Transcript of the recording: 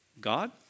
God